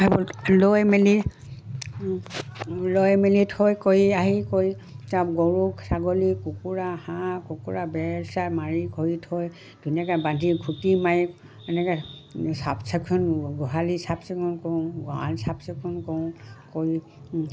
সেইবোৰ লৈ মেলি লৈ মেলি থৈ কৰি আহি কৰি চব গৰু ছাগলী কুকুৰা হাঁহ কুকুৰা বেৰ চেৰ মাৰি কৰি থৈ ধুনীয়াকৈ বান্ধি ঘুটি মাৰি এনেকৈ চাফ চিকুণ গোহালি চাফ চিকুণ কৰোঁ গঁৰাল চাফ চিকুণ কৰোঁ কৰি